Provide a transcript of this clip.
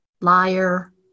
liar